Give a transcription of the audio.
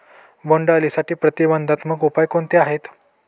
बोंडअळीसाठी प्रतिबंधात्मक उपाय कोणते आहेत?